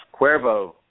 Cuervo